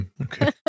Okay